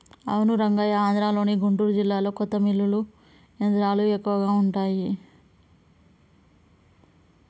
అవును రంగయ్య ఆంధ్రలోని గుంటూరు జిల్లాలో పత్తి మిల్లులు యంత్రాలు ఎక్కువగా ఉంటాయి